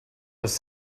was